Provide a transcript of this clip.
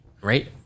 right